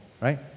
right